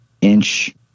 inch